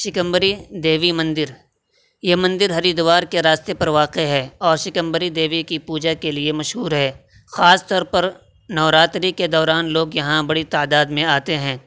شکمبری دیوی مندر یہ مندر ہری دوار کے راستے پر واقع ہے اور شکمبری دیوی کی پوجا کے لیے مشہور ہے خاص طور پر نوراتری کے دوران لوگ یہاں بڑی تعداد میں آتے ہیں